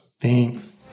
Thanks